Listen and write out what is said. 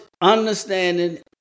understanding